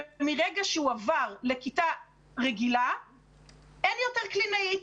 ומרגע שהוא עבר לכיתה רגילה אין יותר קלינאית.